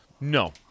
No